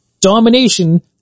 Domination